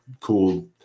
cool